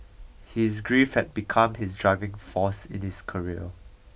his grief had become his driving force in his career